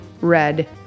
red